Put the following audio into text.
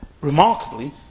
Remarkably